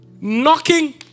Knocking